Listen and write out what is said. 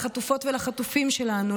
לחטופות ולחטופים שלנו,